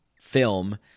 film